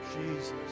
Jesus